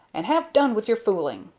and have done with your foolin'!